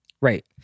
Right